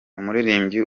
umuririmbyi